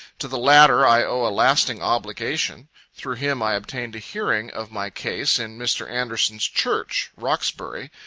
to the latter, i owe a lasting obligation through him i obtained a hearing of my case in mr. anderson's church, roxbury,